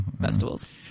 festivals